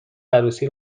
عروسی